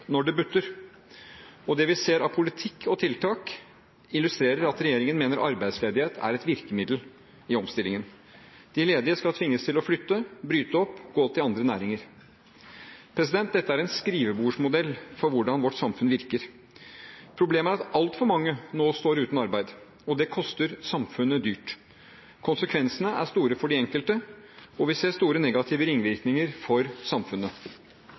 når det butter, og det vi ser av politikk og tiltak illustrerer at regjeringen mener arbeidsledighet er et virkemiddel i omstillingen. De ledige skal tvinges til å flytte, bryte opp og gå til andre næringer. Dette er en skrivebordsmodell for hvordan vårt samfunn virker. Problemet er at altfor mange nå står uten arbeid, og det koster samfunnet dyrt. Konsekvensene er store for de enkelte, og vi ser store negative ringvirkninger for samfunnet.